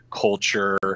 culture